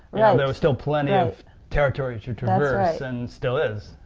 there was still plenty of territory to traverse, and still is.